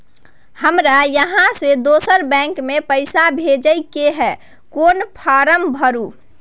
हमरा इहाँ से दोसर बैंक में पैसा भेजय के है, कोन फारम भरू?